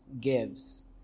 gives